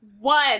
one